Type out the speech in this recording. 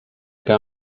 que